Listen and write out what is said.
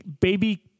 baby